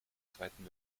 zweiten